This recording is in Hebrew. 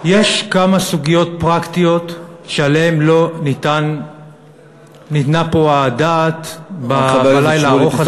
יש כמה סוגיות פרקטיות שלא ניתנה עליהן פה הדעת בלילה הארוך הזה.